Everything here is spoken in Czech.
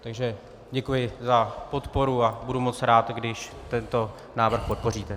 Takže děkuji za podporu a budu moc rád, když tento návrh podpoříte.